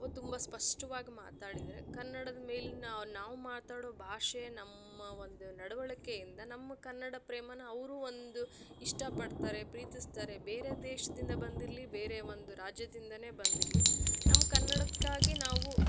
ಅವು ತುಂಬ ಸ್ಪಷ್ಟವಾಗಿ ಮಾತಾಡಿದರೆ ಕನ್ನಡದ ಮೇಲಿನ ನಾವು ಮಾತಾಡೊ ಭಾಷೆ ನಮ್ಮ ಒಂದು ನಡವಳಿಕೆಯಿಂದ ನಮ್ಮ ಕನ್ನಡ ಪ್ರೇಮನ ಅವರು ಒಂದು ಇಷ್ಟಪಡ್ತಾರೆ ಪ್ರೀತಿಸ್ತಾರೆ ಬೇರೆ ದೇಶದಿಂದ ಬಂದಿರಲಿ ಬೇರೆ ಒಂದು ರಾಜ್ಯದಿಂದ ಬಂದಿಲ್ಲಿ ನಮ್ಮ ಕನ್ನಡಕ್ಕಾಗೆ ನಾವು